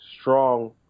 strong